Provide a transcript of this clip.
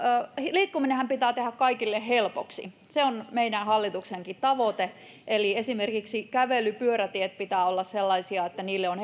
liikkuminenhan pitää tehdä kaikille helpoksi se on meidän hallituksenkin tavoite eli esimerkiksi kävely ja pyöräteiden pitää olla sellaisia että niille on